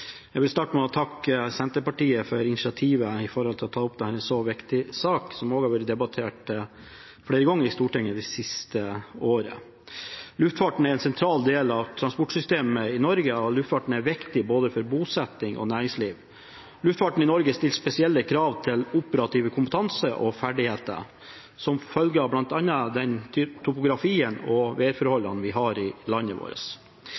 Jeg vil starte med å takke Senterpartiet for initiativet til å ta opp en så viktig sak, som også har vært debattert flere ganger i Stortinget det siste året. Luftfarten er en sentral del av transportsystemet i Norge. Luftfarten er viktig både for bosetting og for næringslivet. Luftfart i Norge stiller spesielle krav til operativ kompetanse og ferdigheter, som følge av bl.a. topografien og værforholdene vi har i landet vårt.